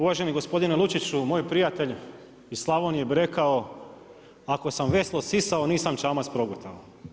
Uvaženi gospodine Lučiću, moj prijatelj iz Slavonije bi rekao „ako sam veslo sisao nisam čamac progutao“